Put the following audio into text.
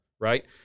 right